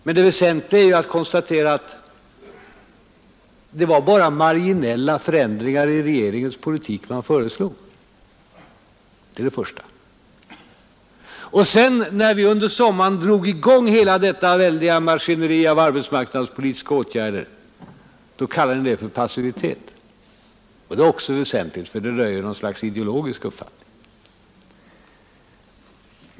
Men det väsentliga är ju att debatt konstatera att det var bara marginella förändringar i regeringens politik man föreslog. Det är det första. När vi sedan under sommaren drog i gång hela detta väldiga maskineri av arbetsmarknadspolitiska åtgärder kallar ni det passivitet. Det är också väsentligt, för det röjer något slags ideologisk uppfattning.